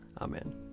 Amen